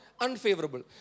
unfavorable